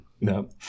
No